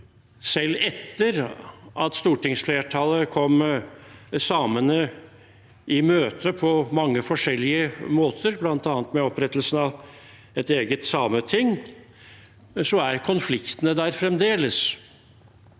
selv etter at stortingsflertallet har kommet samene i møte på mange forskjellige måter, bl.a. med opprettelsen av et eget sameting, er konfliktene der fremdeles.